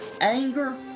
Anger